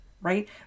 Right